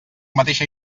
mateixa